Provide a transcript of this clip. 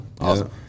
awesome